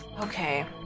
Okay